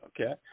Okay